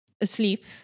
asleep